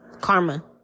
karma